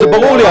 זה ברור לי.